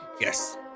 Yes